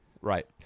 Right